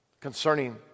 concerning